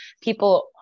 people